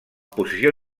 posició